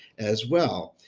as well.